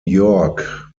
york